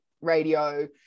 radio